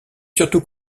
surtout